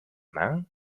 man